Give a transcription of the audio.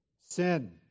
sin